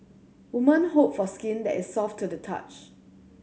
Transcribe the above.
woman hope for skin that is soft to the touch